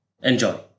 Enjoy